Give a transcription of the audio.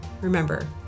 remember